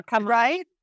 Right